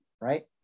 right